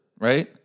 right